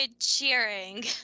cheering